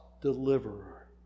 deliverer